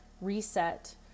reset